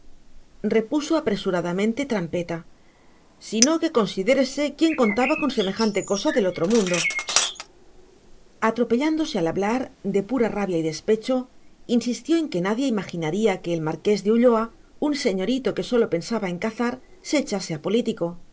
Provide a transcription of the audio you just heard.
repuso apresuradamente trampeta sino que considérese quién contaba con semejante cosa del otro mundo atropellándose al hablar de pura rabia y despecho insistió en que nadie imaginaría que el marqués de ulloa un señorito que sólo pensaba en cazar se echase a político